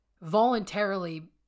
voluntarily